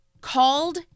called